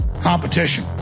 competition